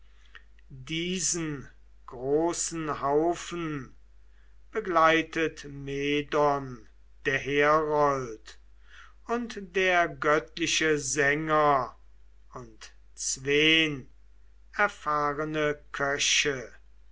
diesen großen haufen begleitet medon der herold und der göttliche sänger und zween erfahrene köche